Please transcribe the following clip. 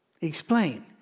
explain